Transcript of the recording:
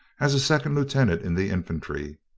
as a second lieutenant in the infantry.